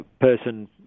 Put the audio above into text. person